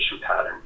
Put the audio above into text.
pattern